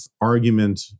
argument